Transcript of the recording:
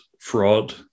fraud